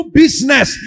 business